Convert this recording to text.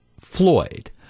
Floyd